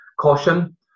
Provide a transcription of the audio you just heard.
caution